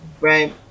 right